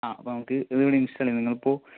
ആ അപ്പോൾ നമുക്ക് ഇതിവിടെ ഇൻസ്റ്റാള് ചെയ്യാം നിങ്ങളിപ്പോൾ